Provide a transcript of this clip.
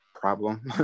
Problem